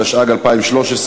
התשע"ד 2013,